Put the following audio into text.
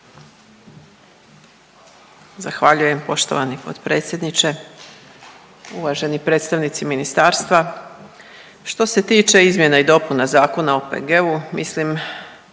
Zahvaljujem poštovani potpredsjedniče. Uvaženi predstavnici ministarstva, što se tiče izmjena i dopuna Zakona o OPG-u mislim